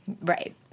Right